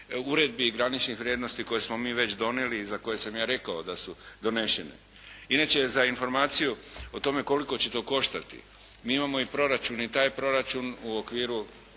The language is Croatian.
uredbi i graničnih vrijednosti koje smo mi već donijeli i za koje sam ja rekao da su donešene. Inače za informaciju o tome koliko će to koštati, mi imamo i proračun i taj proračun u okviru